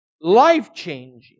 life-changing